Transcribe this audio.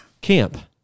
Camp